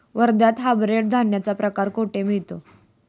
वर्ध्यात हायब्रिड धान्याचा प्रकार कुठे मिळतो?